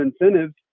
incentives